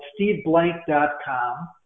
steveblank.com